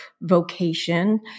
vocation